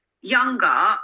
younger